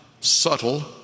subtle